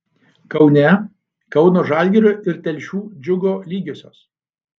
kaune kauno žalgirio ir telšių džiugo lygiosios